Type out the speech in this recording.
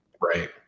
Right